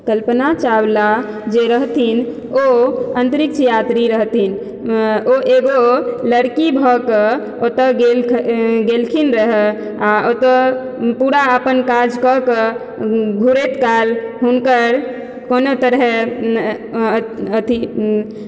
कल्पना चावला जे रहथिन ओ अन्तरिक्ष यात्री रहथिन ओ एगो लड़की भऽ कऽ ओतऽ गेलखिन रहए आ ओतऽ पूरा अपन काजकऽ कऽ घुरैत काल हुनकर कोनो तरहें अथी